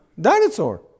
Dinosaur